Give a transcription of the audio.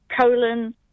colon